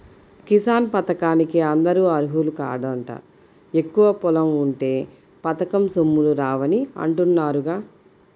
కిసాన్ పథకానికి అందరూ అర్హులు కాదంట, ఎక్కువ పొలం ఉంటే పథకం సొమ్ములు రావని అంటున్నారుగా